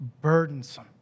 burdensome